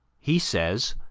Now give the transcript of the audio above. he says,